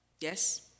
yes